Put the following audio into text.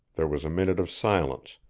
there was a minute of silence,